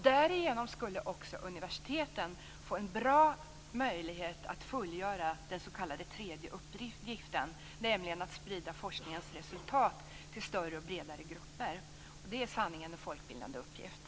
Därigenom skulle också universiteten få en bra möjlighet att fullgöra den s.k. tredje uppgiften, nämligen att sprida forskningens resultat till större och bredare grupper, och det är sannerligen en folkbildande uppgift.